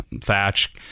thatch